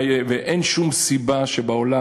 אין שום סיבה שבעולם.